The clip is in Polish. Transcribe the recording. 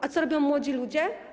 A co robią młodzi ludzie?